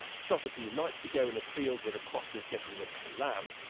shot a few nights ago in a field where the crofter is getting ready to lamb,